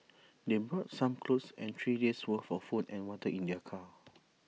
they brought some clothes and three days' worth for food and water in their car